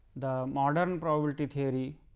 the model and probability theory